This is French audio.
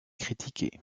critiqué